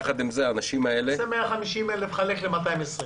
יחד עם זאת -- תעשה 150,000 לחלק ל-220.